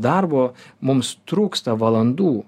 darbo mums trūksta valandų